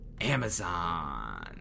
Amazon